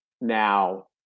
Now